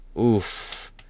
Oof